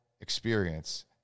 experience